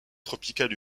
tropicales